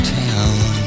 town